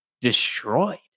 destroyed